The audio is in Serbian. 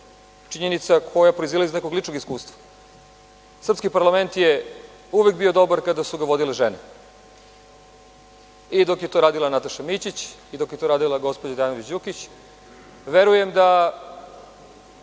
činjenica koja proizilazi iz nekog ličnog iskustva. Srpski parlament je uvek bio dobar kada su ga vodile žene - i dok je to radila Nataša Mićić i dok je to radila gospođa Dejanović Đukić. Verujem da